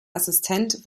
assistent